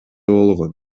болгон